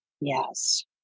Yes